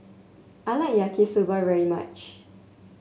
I like Yaki Soba very much